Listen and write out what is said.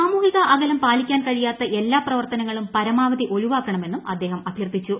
സാമൂഹിക അകലം പാലിക്കാൻ കഴിയാത്ത എല്ലാ പ്രവർത്തനങ്ങളും പരമാവധി ഒഴിവാക്കണമെന്നും അദ്ദേഹം അഭ്യർത്ഥിച്ചു